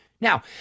now